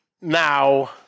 now